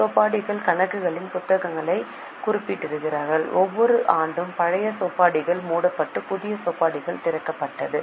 சோபாடிஸ் கணக்குகளின் புத்தகங்களைக் குறிப்பிடுகிறார் ஒவ்வொரு ஆண்டும் பழைய சோபாடிகள் மூடப்பட்டு புதிய சோபாடிஸ் திறக்கப்பட்டது